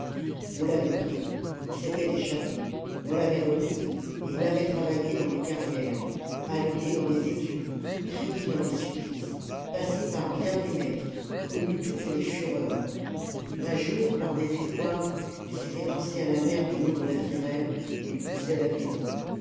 on l'avait pris il s'était échappé on l'avait repris et il avait travaillé dans les carrières haleté dans les étuves crié dans les supplices passé par bien des maîtres connu toutes les fureurs un jour par désespoir il s'était lancé à la mer du haut de la trirème où il poussait l'aviron